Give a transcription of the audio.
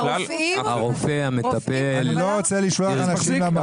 אני לא רוצה לשלוח אנשים למרב"ד.